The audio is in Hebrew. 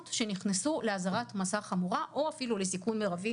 שנכנסו לאזהרת מסע חמורה או אפילו לסיכון מרבי,